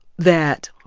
that,